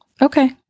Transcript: Okay